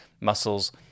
muscles